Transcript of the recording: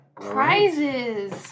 Prizes